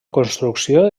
construcció